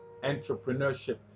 entrepreneurship